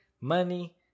money